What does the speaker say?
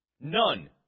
None